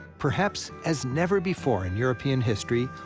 perhaps as never before in european history,